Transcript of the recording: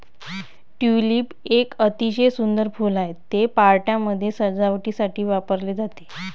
tulip एक अतिशय सुंदर फूल आहे, ते पार्ट्यांमध्ये सजावटीसाठी वापरले जाते